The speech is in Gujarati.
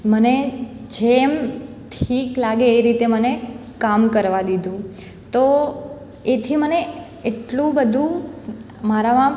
મને જેમ ઠીક લાગે એ રીતે મને કામ કરવા દીધું તો એથી એટલું બધું મારામાં